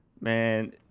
Man